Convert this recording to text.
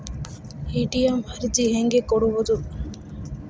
ATM ಅರ್ಜಿ ಹೆಂಗೆ ಕೊಡುವುದು?